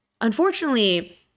Unfortunately